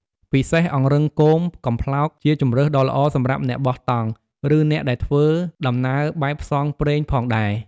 ជាពិសេសអង្រឹងគមកំប្លោកជាជម្រើសដ៏ល្អសម្រាប់អ្នកបោះតង់ ឬអ្នកដែលធ្វើដំណើរបែបផ្សងព្រេងផងដែរ។